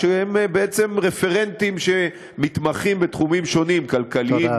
שהם בעצם רפרנטים שמתמחים בתחומים שונים: כלכליים,